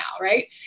right